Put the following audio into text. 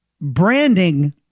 branding